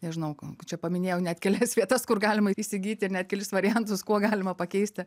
nežinau kam čia paminėjau net kelias vietas kur galima įsigyti ir net kelis variantus kuo galima pakeisti